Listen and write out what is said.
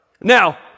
Now